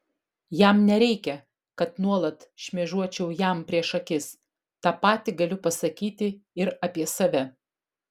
jam nereikia kad nuolat šmėžuočiau jam prieš akis tą patį galiu pasakyti ir apie save